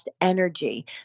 Energy